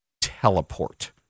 Teleport